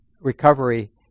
recovery